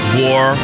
war